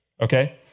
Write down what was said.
okay